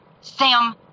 Sam